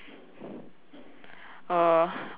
uh